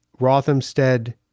Rothamsted